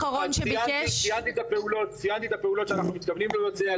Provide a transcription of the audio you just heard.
ציינתי את הפעולות שאנחנו מתכוונים לבצע,